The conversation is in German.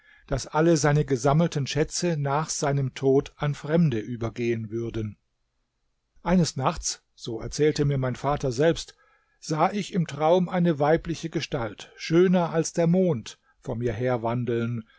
daß alle seine gesammelten schätze nach seinem tod an fremde übergehen würden eines nachts so erzählte mir mein vater selbst sah ich im traum eine weibliche gestalt schöner als der mond vor mir herwandeln